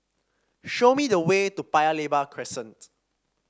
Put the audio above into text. show me the way to Paya Lebar Crescent